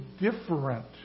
different